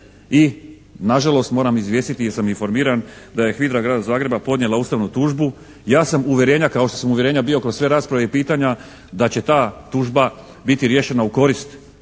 i nažalost moram izvijestiti jer sam informiran da je HVIDRA grada Zagreba podnijela ustavnu tužbu. Ja sam uvjerenja kao što sam uvjerenja bio kroz sve rasprave i pitanja da će ta tužba biti riješena u korist